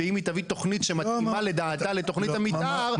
--- ואם היא תביא תוכנית שמתאימה לדעתה לתוכנית המתאר --- לא,